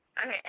Okay